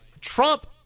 Trump